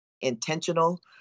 intentional